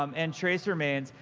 um and tracer mains.